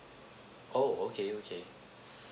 oh okay okay